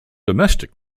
domestic